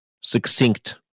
succinct